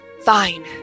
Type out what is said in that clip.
Fine